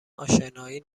اشنایی